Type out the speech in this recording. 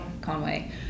Conway